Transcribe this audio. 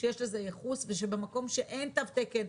שיש לזה ייחוס ובמקום שאין תו תקן,